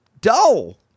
dull